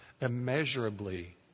Immeasurably